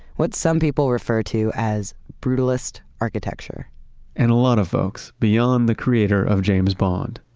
what some people refer to as brutalist architecture and a lot of folks beyond the creator of james bond,